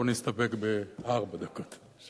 אבל אני אסתפק בארבע דקות,